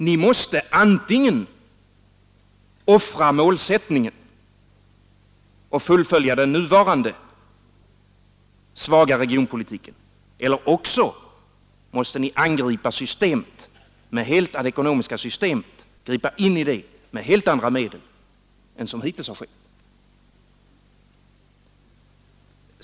Ni måste antingen offra målsättningen och fullfölja den nuvarande svaga regionalpolitiken eller angripa det ekonomiska systemet med helt andra medel än som hittills har skett.